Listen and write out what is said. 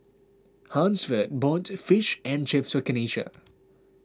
Hansford bought Fish and Chips Kenisha